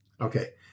Okay